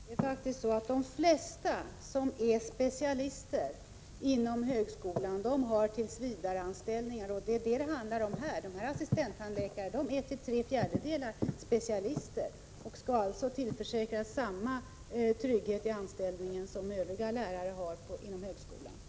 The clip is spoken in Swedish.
Herr talman! De flesta som är specialister inom högskolan har tillsvidareanställningar. Det är vad det handlar om här. Dessa assistenttandläkare är till tre fjärdedelar specialister och skall alltså tillförsäkras samma trygghet i anställningen som övriga lärare inom högskolan.